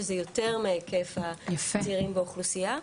שזה יותר מהיקף הצעירים באוכלוסייה,